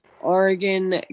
Oregon